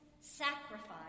sacrifice